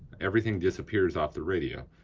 everything disappears off the radio.